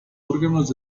órganos